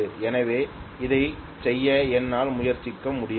எனவே அதைச் செய்ய என்னால் முயற்சிக்க முடியாது